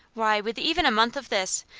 why, with even a month of this,